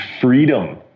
freedom